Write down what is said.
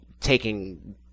taking